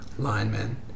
Linemen